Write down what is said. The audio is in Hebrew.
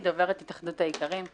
אני גלית, דוברת התאחדות האיכרים.